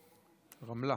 ברמלה.